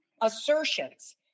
assertions